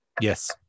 Yes